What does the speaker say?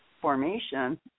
formation